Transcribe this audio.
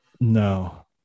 No